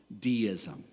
deism